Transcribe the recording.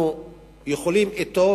כי אתו,